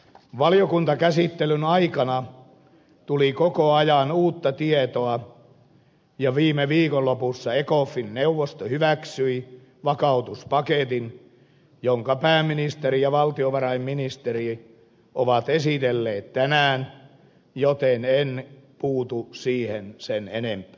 valiokuntakäsittelyn aikana tuli koko ajan uutta tietoa ja viime viikonloppuna ecofin neuvosto hyväksyi vakautuspaketin jonka pääministeri ja valtiovarainministeri ovat esitelleet tänään joten en puutu siihen sen enempää